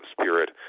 spirit